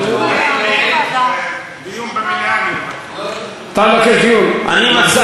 דיון במליאה אני מבקש.